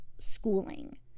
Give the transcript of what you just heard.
schooling